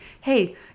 Hey